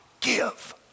give